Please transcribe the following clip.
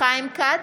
חיים כץ,